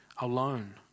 alone